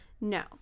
No